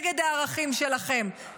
נגד הערכים שלכם,